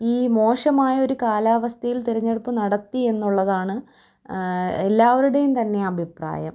ഈ മോശമായ ഒരു കാലാവസ്ഥയിൽ തിരഞ്ഞെടുപ്പ് നടത്തി എന്നുള്ളതാണ് എല്ലാവരുടെയും തന്നെ അഭിപ്രായം